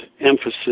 emphasis